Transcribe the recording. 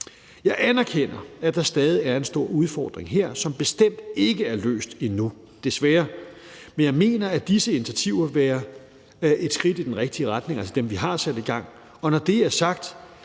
Jeg anerkender, at der stadig er en stor udfordring her, som bestemt ikke er løst endnu, desværre. Men jeg mener, at disse initiativer vil være et skridt i den rigtige retning, altså dem, vi har sat i gang, og når det er sagt,